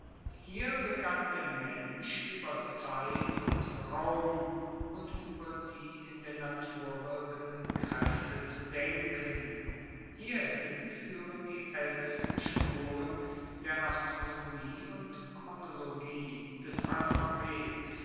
hier begann der mensch ueber zeit und raum und ueber die in der natur wirkenden kraefte zu denken hierhin fuehren die aeltesten spuren der astronomie und chronologie des alphabets